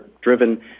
driven